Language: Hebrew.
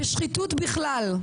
בשחיתות בכלל,